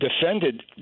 defended